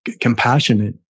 compassionate